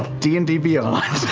d and d beyond.